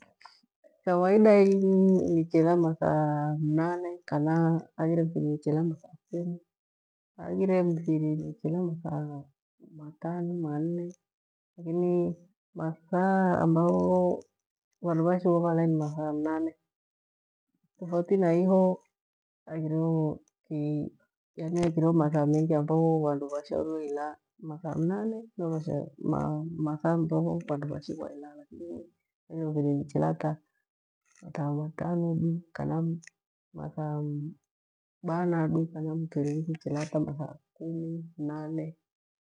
Kawidainyi ni chilaa mathaamnane kana haghire mfiri nichilaa masaa kumi haghire mfiri nichilaa mathaa matanu, manne lakini mathaa ambagho vandu vashighwa valae ni mathaa mnane tofauti naiho hangireho masaa mengi vandu vashighwa ilaa mathaa mnane niyo mathaa. Vandu vashighwa ilaa lakini inyi haghire mfiri nichilaa mathaa matano du kana bana che kana mfiri nichilaa mathaakumi mnane bathi.